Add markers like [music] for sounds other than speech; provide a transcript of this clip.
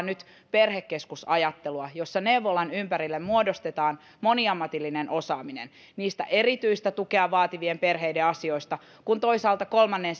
[unintelligible] nyt perhekeskusajattelua jossa neuvolan ympärille muodostetaan moniammatillinen osaaminen niin erityistä tukea vaativien perheiden asioista kuin toisaalta kolmannen [unintelligible]